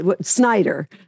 Snyder